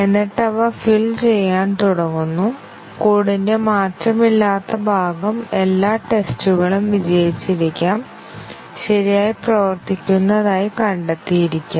എന്നിട്ട് അവ ഫിൽ ചെയ്യാൻ തുടങ്ങുന്നു കോഡിന്റെ മാറ്റമില്ലാത്ത ഭാഗം എല്ലാ ടെസ്റ്റുകളും വിജയിച്ചിരിക്കാം ശരിയായി പ്രവർത്തിക്കുന്നതായി കണ്ടെത്തിയിരിക്കാം